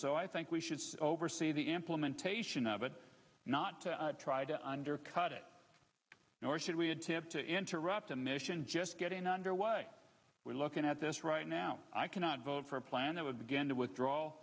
so i think we should oversee the implementation but not to try to undercut it nor should we had to have to interrupt a mission just getting under way we're looking at this right now i cannot vote for a plan that would begin to withdraw